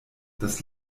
das